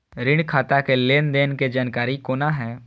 ऋण खाता के लेन देन के जानकारी कोना हैं?